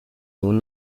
nun